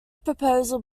proposal